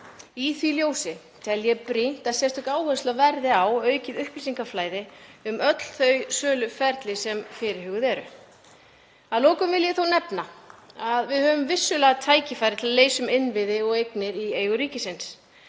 Í því ljósi tel ég brýnt að sérstök áhersla verði á aukið upplýsingaflæði um öll þau söluferli sem fyrirhuguð eru. Að lokum vil ég þó nefna að við höfum vissulega tækifæri til að losa um innviði og eignir í eigu ríkisins